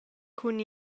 cun